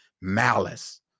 malice